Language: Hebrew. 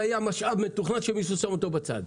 היה משאב מתוכנן שמישהו שם אותו בצד.